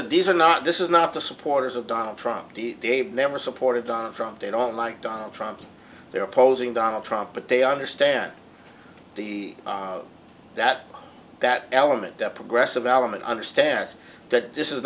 are these are not this is not the supporters of donald trump they never supported on from they don't like donald trump they're opposing donald trump but they understand that that element the progressive element understands that this is